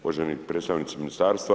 Uvaženi predstavnici ministarstva.